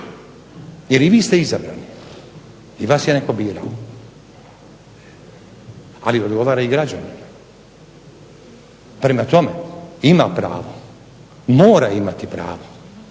jer i vi ste izabrani i vas je netko birao. Ali odgovara i građanima. Prema tome, ima pravo mora imati pravo